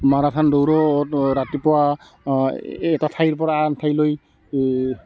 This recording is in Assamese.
মাৰাথান দৌৰত ৰাতিপুৱা এটা ঠাইৰ পৰা আন ঠাইলৈ